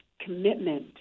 commitment